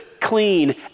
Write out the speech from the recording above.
clean